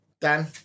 Dan